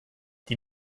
die